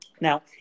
Now